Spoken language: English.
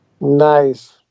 Nice